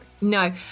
No